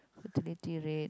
fertility rate